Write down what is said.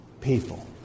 people